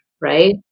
right